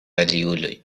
aliuloj